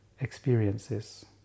experiences